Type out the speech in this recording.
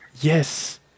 Yes